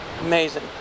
Amazing